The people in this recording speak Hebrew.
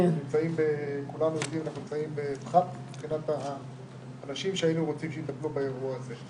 אנחנו נמצאים בפחת מבחינת האנשים שהיינו רוצים שיטפלו באירוע הזה.